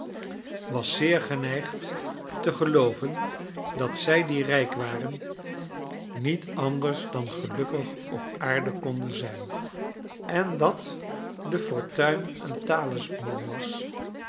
was zeer geneigd te gelooven dat zij die rijk waren niet anders dan gelukkig op aarde konden zijn en dat de fortuin een talisman was